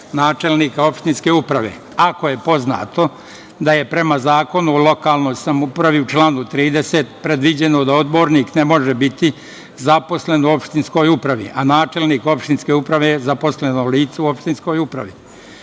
načelnika opštinske uprave, ako je poznato da je prema Zakonu o lokalnoj samoupravi, u članu 30. predviđeno da odbornik ne može biti zaposlen u opštinskoj upravi, a načelnik opštinske uprave je zaposleno lice u opštinskoj